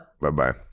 Bye-bye